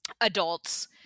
adults